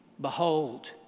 behold